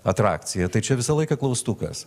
atrakcija tai čia visą laiką klaustukas